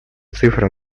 цифры